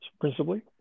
principally